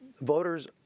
Voters